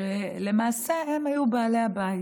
שלמעשה היו בעלי הבית.